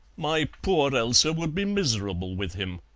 my poor elsa would be miserable with him.